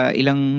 ilang